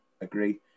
agree